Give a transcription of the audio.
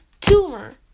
tumor